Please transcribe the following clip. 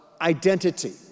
identity